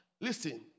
Listen